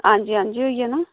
हां'जी हां'जी होई जाना